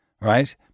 right